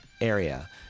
area